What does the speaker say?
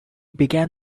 began